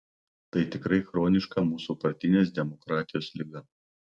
tai tikrai chroniška mūsų partinės demokratijos liga